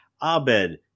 Abed